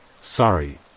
Sorry